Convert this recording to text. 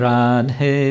Radhe